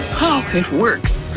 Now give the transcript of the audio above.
oh, it works.